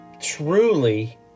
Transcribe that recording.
truly